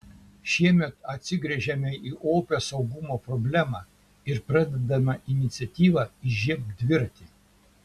šiemet atsigręžėme į opią saugumo problemą ir pradedame iniciatyvą įžiebk dviratį